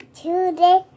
today